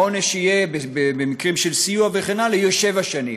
העונש במקרים של סיוע וכן הלאה יהיה שבע שנים,